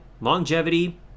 longevity